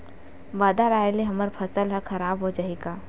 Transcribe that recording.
बादर आय ले हमर फसल ह खराब हो जाहि का?